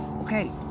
Okay